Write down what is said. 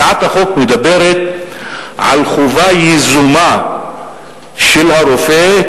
הצעת החוק מדברת על חובה יזומה של הרופא,